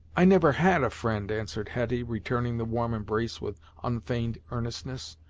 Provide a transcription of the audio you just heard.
i never had a friend, answered hetty returning the warm embrace with unfeigned earnestness.